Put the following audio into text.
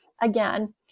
again